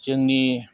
जोंनि